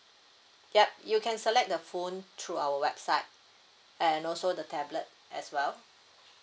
yup you can select the phone through our website and also the tablet as well